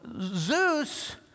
Zeus